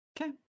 Okay